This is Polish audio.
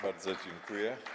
Bardzo dziękuję.